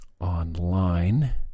online